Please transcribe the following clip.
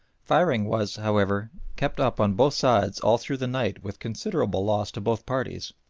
firing was, however, kept up on both sides all through the night with considerable loss to both parties.